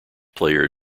player